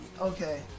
okay